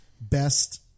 best